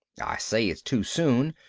i say it's too soon,